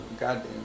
Goddamn